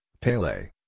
Pele